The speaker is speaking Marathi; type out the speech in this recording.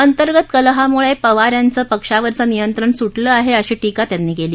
अंतर्गत कलहामुळं पवार यांचं पक्षावरील नियंत्रण सुटलं आहे अशी टीका त्यांनी केली